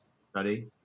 study